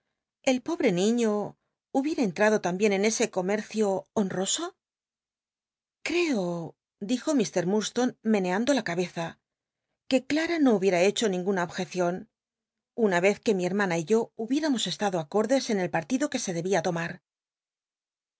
el pobrc niíio hubiera entrado tambicn en ese comercio honroso creo dijo fr murdstone meneando la cabeza que clara no hubiera hecho ninguna objecion una y ez que mi hermana y yo hubiéramos estado acordes en el partido que se dcbin lomar